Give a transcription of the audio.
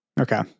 Okay